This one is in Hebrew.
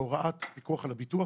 בהוראת הפיקוח על הביטוח,